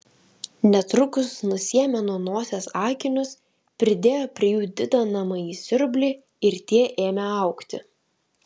netrukus nusiėmė nuo nosies akinius pridėjo prie jų didinamąjį siurblį ir tie ėmė augti